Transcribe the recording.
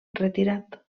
retirat